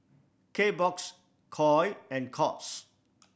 Kbox Koi and Courts